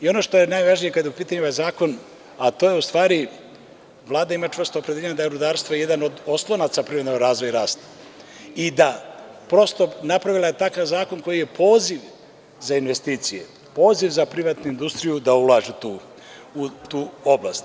Ono što je najvažnije kada je u pitanju ovaj zakon to je da Vlada ima čvrsto opredeljenje da je rudarstvo jedan od oslonaca privrednog razvoja i rasta i da je prosto napravila takav zakon da je on poziv za investicije, poziv za privatnu industriju da tu ulaže, u tu oblast.